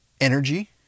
energy